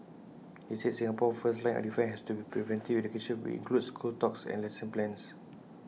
he said Singapore's first line of defence has to be preventive education which includes school talks and lesson plans